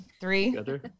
three